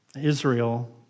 Israel